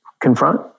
confront